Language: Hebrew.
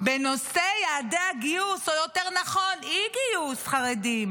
בנושא יעדי הגיוס, או יותר נכון אי-גיוס חרדים,